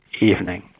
evening